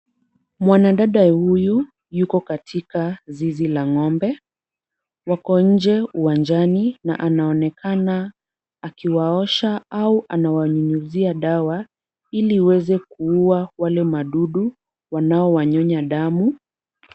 Mwanadada huyu yuko katika zizi la ng'ombe. Wako nje uwanjani na anaonekana akiwaosha au anawanyunyizia dawa, ili iweze kuua wale madudu wanao wanyonya damu.